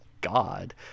God